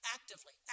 Actively